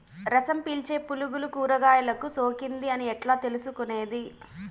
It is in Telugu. రసం పీల్చే పులుగులు కూరగాయలు కు సోకింది అని ఎట్లా తెలుసుకునేది?